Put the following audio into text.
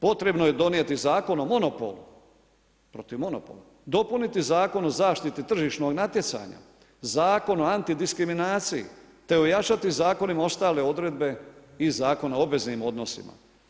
Potrebno je donijeti Zakon o monopolu, protiv monopola, dopuniti Zakon o zaštiti tržišnog natjecanja, Zakon o antidiskriminaciji te ojačati zakonima ostale odredbe iz Zakona o obveznim odnosima.